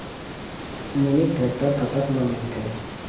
Mini tractor कतक म मिलथे?